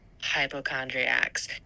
hypochondriacs